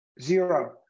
Zero